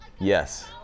yes